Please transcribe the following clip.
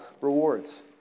rewards